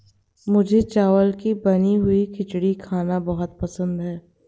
मुझे चावल की बनी हुई खिचड़ी खाना बहुत पसंद है